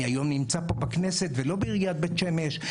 אני היום נמצא פה בכנסת ולא בעיריית בית שמש.